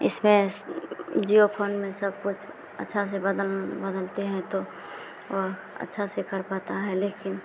इसमें जिओ फोन में सब कुछ अच्छे से बदल बदलते हैं तो वह अच्छे से कर पाता है लेकिन